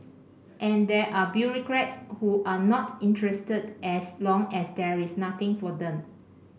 and there are bureaucrats who are not interested as long as there is nothing for them